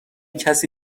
کسی